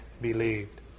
believed